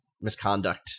misconduct